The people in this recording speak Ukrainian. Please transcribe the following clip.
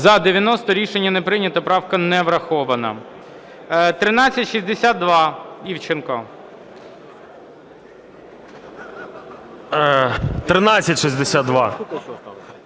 За-90 Рішення не прийнято. Правка не врахована. 1362, Івченко.